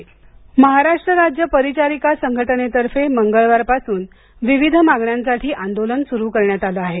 आंदोलन सोलापूर महाराष्ट्र राज्य परिचारिका संघटनेतर्फे मंगळवारपासून विविध मागण्यांसाठी आंदोलन सुरू करण्यात आलं आहे